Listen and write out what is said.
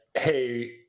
Hey